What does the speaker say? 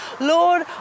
lord